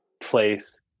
place